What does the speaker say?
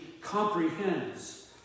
comprehends